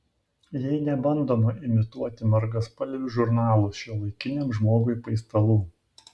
jei nebandoma imituoti margaspalvių žurnalų šiuolaikiniam žmogui paistalų